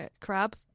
Crab